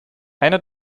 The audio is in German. einer